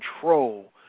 control